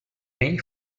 may